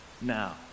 now